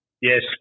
Yes